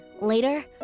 Later